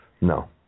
No